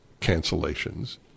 cancellations